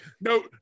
no